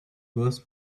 worth